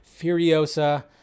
Furiosa